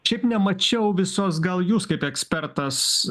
šiaip nemačiau visos gal jūs kaip ekspertas